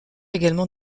également